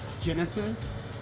genesis